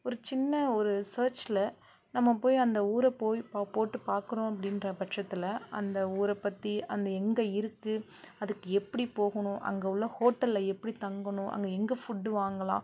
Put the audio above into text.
ஒரு சின்ன ஒரு சர்சில் நம்ம போய் அந்த ஊரை போய் போட்டு பார்க்குறோம் அப்படின்ற பட்சத்தில் அந்த ஊரைப்பற்றி அந்த எங்கே இருக்குது அதுக்கு எப்படி போகணும் அங்கே உள்ள ஹோட்டலில் எப்படி தங்கணும் அங்கே எங்கே ஃபுட் வாங்கலாம்